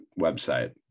website